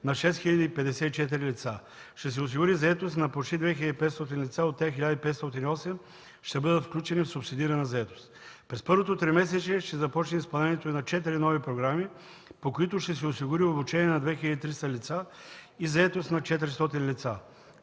на 6054 лица. Ще се осигури заетост на почти 2500 лица. От тях 1508 ще бъдат включени в субсидирана заетост. През първото тримесечие ще започне изпълнението на четири нови програми, по които ще се осигури обучение на 2300 лица и заетост на 400 лица.